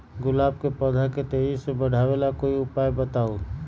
गुलाब के पौधा के तेजी से बढ़ावे ला कोई उपाये बताउ?